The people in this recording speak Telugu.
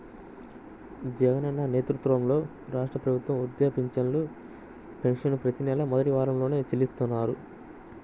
జగనన్న నేతృత్వంలోని రాష్ట్ర ప్రభుత్వం వాళ్ళు వృద్ధాప్య పెన్షన్లను ప్రతి నెలా మొదటి వారంలోనే చెల్లిస్తున్నారు